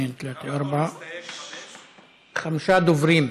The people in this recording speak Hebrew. חמישה דוברים.